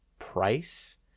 Price